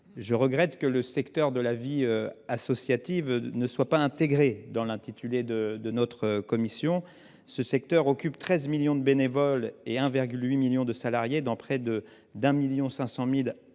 je regrette que le secteur de la vie associative ne soit pas intégré dans l’intitulé de notre commission. En effet, ce secteur occupe 13 millions de bénévoles et 1,8 million de salariés, au sein de près de 1,5 million d’associations